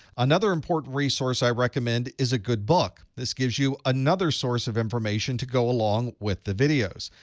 another important resource i recommend is a good book. this gives you another source of information to go along with the videos.